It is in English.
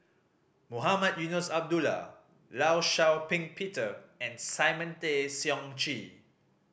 Mohamed Eunos Abdullah Law Shau Ping Peter and Simon Tay Seong Chee